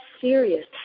serious